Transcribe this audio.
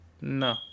No